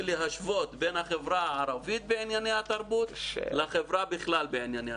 להשוות בין החברה הערבית בענייני התרבות לחברה בכלל בענייני התרבות.